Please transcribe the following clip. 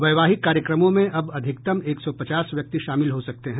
वैवाहिक कार्यक्रमों में अब अधिकतम एक सौ पचास व्यक्ति शामिल हो सकते हैं